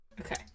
Okay